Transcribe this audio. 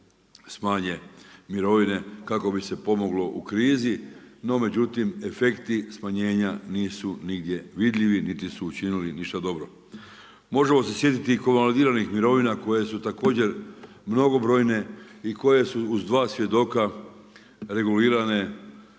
smanje mirovine kako bi se pomoglo u krizi, no međutim efekti smanjenja nisu nigdje vidljivi niti su učinili ništa dobro. Možemo se sjetiti … mirovina koje su također mnogobrojne i koje su uz dva svjedoka regulirane